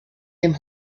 dem